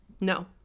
No